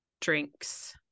drinks